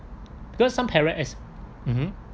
because some parents as mmhmm